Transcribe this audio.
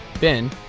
Ben